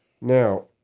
Now